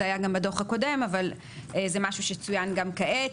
זה היה גם בדוח הקודם אבל זה משהו שצויין גם כעת.